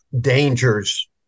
dangers